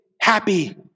happy